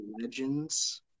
Legends